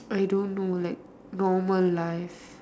I don't know like normal life